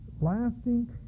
lasting